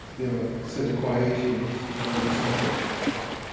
you know, i sent to quraysh and he's he's going to do something with it i guess.